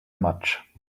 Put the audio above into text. much